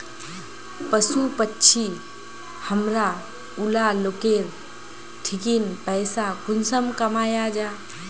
पशु पक्षी हमरा ऊला लोकेर ठिकिन पैसा कुंसम कमाया जा?